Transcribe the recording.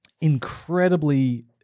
incredibly